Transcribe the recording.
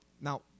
Now